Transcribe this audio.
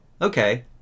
okay